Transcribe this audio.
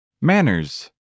Manners